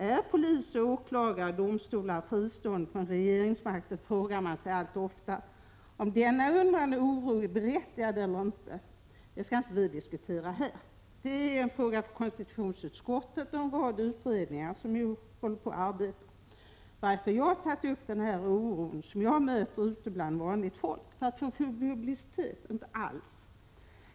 Är polis, åklagare och domstolar fristående från regeringsmakten, frågar man sig allt oftare. Om denna undran och oro är berättigad eller inte, det skall vi inte diskutera här. Det är en fråga för konstitutionsutskottet och en rad andra utredningar som håller på att arbeta. Varför har jag tagit upp den här oron som jag möter ute bland vanligt folk? För att få publicitet? — Inte alls.